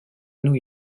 new